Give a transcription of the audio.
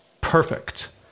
perfect